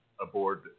aboard